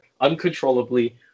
uncontrollably